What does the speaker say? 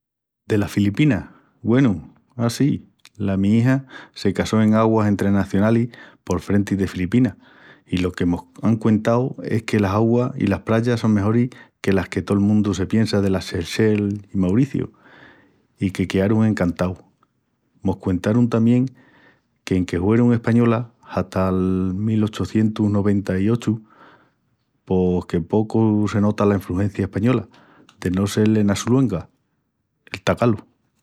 Delas Filipinas, güenu, a sí, la mi ija se casó en aguas entrenacionalis por frenti de Filipinas i lo que mos án cuentau es que las auguas i las prayas son mejoris que las que tol mundu se piensa delas Seychelles i Mauriciu i que quearun encantaus. Mos cuentarun tamién que, enque huerun españolas hata'l mil ochucientus noventa-i-ochu pos que pocu se nota la infrugencia española de no sel ena su lengua, el tagalo.